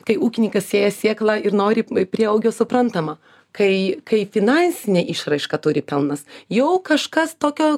kai ūkininkas sėja sėklą ir nori prieaugio suprantama kai kai finansinė išraiška turi pelnas jau kažkas tokio